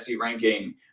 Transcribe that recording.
ranking